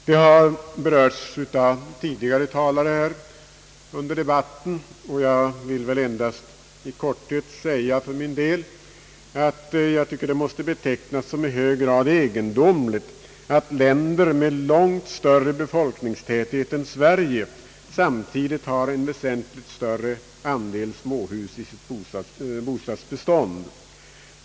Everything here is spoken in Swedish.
Det har berörts av tidigare talare under debatten, och jag vill endast i korthet säga, att jag tycker att det måste betecknas såsom i hög grad egendomligt, att länder med långt större befolkningstäthet än Sverige samtidigt har en väsentligt större andel småhus 1 sitt bostadsbestånd.